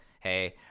hey